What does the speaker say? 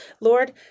lord